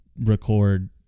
record